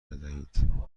بدهید